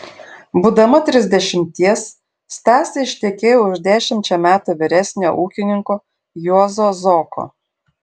būdama trisdešimties stasė ištekėjo už dešimčia metų vyresnio ūkininko juozo zoko